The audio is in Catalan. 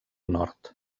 nord